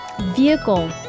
vehicle